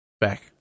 Back